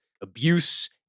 abuse